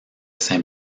saint